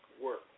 work